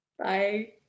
Bye